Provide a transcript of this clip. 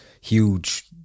huge